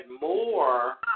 more